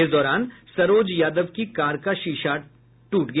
इस दौरान सरोज यादव की कार का शीशा फूट गया